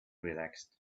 relaxed